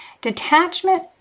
Detachment